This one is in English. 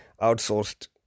outsourced